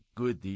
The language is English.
good